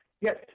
yes